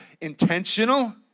intentional